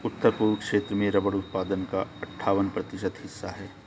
उत्तर पूर्व क्षेत्र में रबर उत्पादन का अठ्ठावन प्रतिशत हिस्सा है